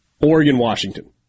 Oregon-Washington